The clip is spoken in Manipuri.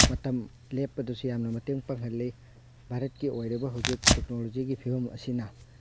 ꯃꯇꯝ ꯂꯦꯞꯄꯗꯁꯨ ꯌꯥꯝꯅ ꯃꯇꯦꯡ ꯄꯥꯡꯍꯜꯂꯤ ꯚꯥꯔꯠꯀꯤ ꯑꯣꯏꯔꯤꯕ ꯍꯧꯖꯤꯛ ꯇꯦꯛꯅꯣꯂꯣꯖꯤꯒꯤ ꯐꯤꯕꯝ ꯑꯁꯤꯅ